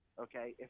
okay